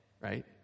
right